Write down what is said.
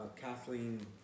Kathleen